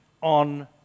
on